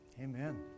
Amen